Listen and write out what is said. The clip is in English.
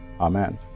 amen